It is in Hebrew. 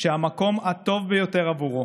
שהמקום הטוב ביותר עבורו